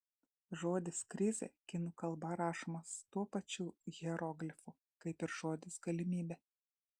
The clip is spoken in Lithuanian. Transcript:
žodis krizė kinų kalba rašomas tuo pačiu hieroglifu kaip ir žodis galimybė